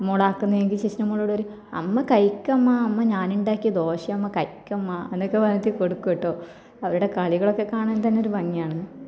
മോളാക്കുന്നെയെങ്കില് ചേച്ചീന്റെ മോളോടു പറയും അമ്മ കഴിക്കമ്മാ അമ്മ ഞാനുണ്ടാക്കിയ ദോശയമ്മ കഴിക്കമ്മാ എന്നൊക്കെ പറഞ്ഞിട്ട് കൊടുക്കും കേട്ടോ അവരുടെ കളികളൊക്കെ കാണാന് തന്നൊരു ഭംഗിയാണ്